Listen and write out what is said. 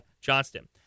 Johnston